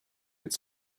its